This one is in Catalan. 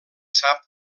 sap